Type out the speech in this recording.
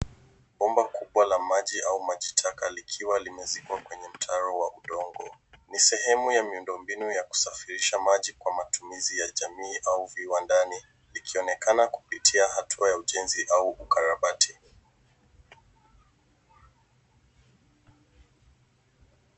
Bomba kubwa la maji au maji taka likiwa limezikwa kwenye mtaro wa udongo. Ni sehemu ya miundo mbinu ya kusafirisha maji kwa matumizi ya jamii au viwandani likionekana kupitia hatua ya ujenzi au ukarabati.